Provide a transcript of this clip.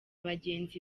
bagenzi